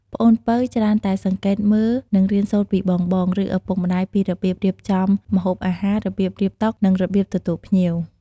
ប្អូនពៅច្រើនតែសង្កេតមើល និងរៀនសូត្រពីបងៗ ឬឪពុកម្ដាយពីរបៀបរៀបចំម្ហូបអាហារ របៀបរៀបចំតុ និងរបៀបទទួលភ្ញៀវ។